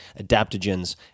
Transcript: adaptogens